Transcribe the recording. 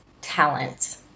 talent